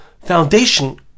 foundation